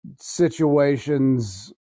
situations